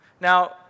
Now